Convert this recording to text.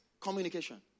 communication